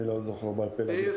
איך